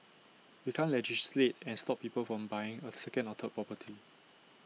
we can't legislate and stop people from buying A second or third property